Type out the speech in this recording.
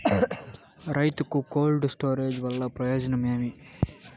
రైతుకు cold storage వల్ల ప్రయోజనం ఏమి?